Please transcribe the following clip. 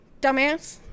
Dumbass